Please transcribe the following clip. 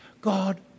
God